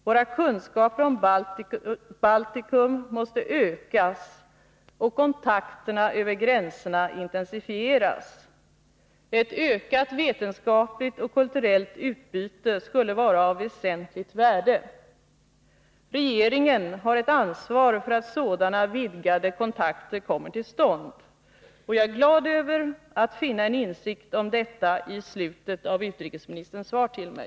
Våra kunskaper om Baltikum måste ökas och kontakterna över gränserna intensifieras. Ett ökat vetenskapligt och kulturellt utbyte skulle vara av stort värde. Regeringen har ett ansvar för att sådana vidgade kontakter kommer till stånd. Jag är glad över att finna en insikt om detta i slutet av utrikesministerns svar till mig.